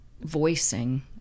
voicing